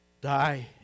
die